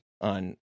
on